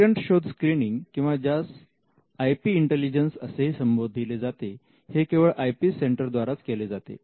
पेटंटशोध screening किंवा ज्यास IP intelligence असेही संबोधले जाते हे केवळ आय पी सेंटर द्वाराच केले जाते